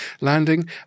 landing